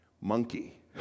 Monkey